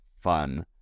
fun